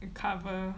you cover